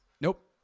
Nope